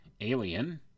alien